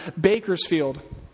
Bakersfield